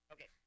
Okay